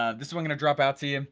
ah this one gonna drop out to you.